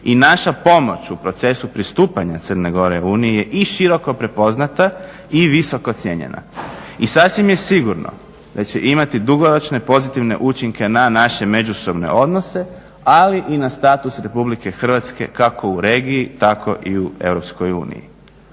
i naša pomoć u procesu pristupanja Crne Gore Uniji i široko prepoznata i visoko cijenjena. I sasvim je sigurno da će imati dugoročne pozitivne učinke na naše međusobne odnose, ali i na status RH kako u regiji tako i u EU.